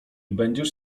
będziesz